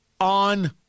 on